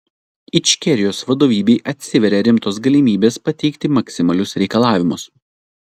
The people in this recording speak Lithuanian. ičkerijos vadovybei atsiveria rimtos galimybės pateikti maksimalius reikalavimus